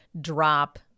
drop